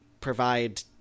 provide